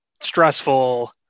stressful